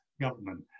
government